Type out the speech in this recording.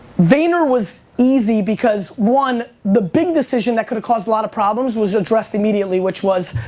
vayner was easy because one the big decision that can cause a lot of problems was addressed immediately, which was,